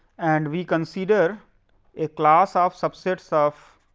and we consider a class of subsets of